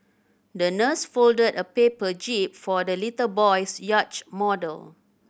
the nurse folded a paper jib for the little boy's yacht model